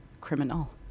criminal